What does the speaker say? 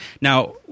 now